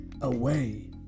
away